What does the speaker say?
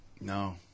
No